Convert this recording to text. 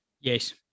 Yes